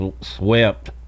swept